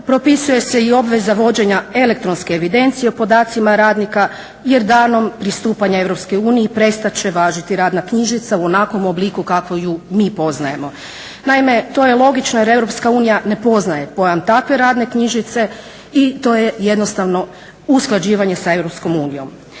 propisuje se i obveza vođenja elektronske evidencije o podacima radnika jer danom pristupanja EU prestat će važiti radna knjižica u onakvom obliku kako je mi poznajemo. Naime, to je logično jer Europska unija ne poznaje pojam takve radne knjižice i to je jednostavno usklađivanje s EU.